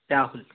Rahul